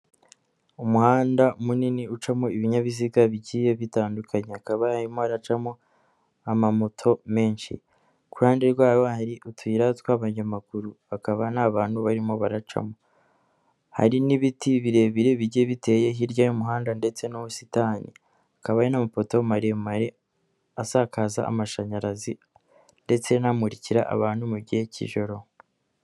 Umuhanda munini ucamo ibinyabiziga bigiye bitandukanye, hakaba harimo haracamo amamoto menshi, ku ruhande rwaho hari utuyira tw'abanyamaguru bakaba ntabantu barimo baracamo, hari n'ibiti birebire bigiye biteye hirya y'umuhanda ndetse n'ubusitani, hakaba hari n'amapoto maremare asakaza amashanyarazi ndetse anamurikira abantu mu gihe cy'ijoro.